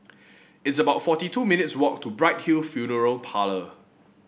it's about forty two minutes' walk to Bright Hill Funeral Parlour